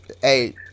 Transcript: hey